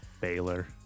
Baylor